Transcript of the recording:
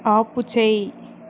ఆపుచేయి